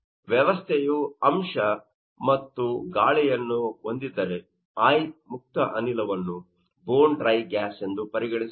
ವ್ಯವಸ್ಥೆಯು ಅಂಶ i ಮತ್ತು ಗಾಳಿಯನ್ನು ಹೊಂದಿದ್ದರೆ i ಮುಕ್ತ ಅನಿಲವನ್ನು ಬೋನ್ ಡ್ರೈ ಗ್ಯಾಸ್ ಎಂದು ಪರಿಗಣಿಸಲಾಗಿದೆ